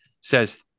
says